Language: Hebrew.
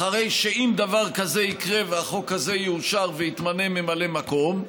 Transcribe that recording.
שאם דבר כזה יקרה והחוק הזה יאושר ויתמנה ממלא מקום,